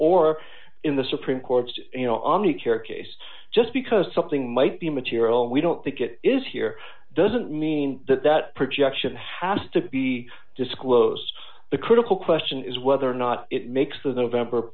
or in the supreme court's you know on the care case just because something might be material we don't think it is here doesn't mean that that projection has to be disclosed the critical question is whether or not it makes of november